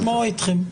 נוכל לשמוע אתכם.